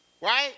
Right